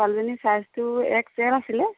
ছোৱালীজনীৰ চাইজটো X L আছিলে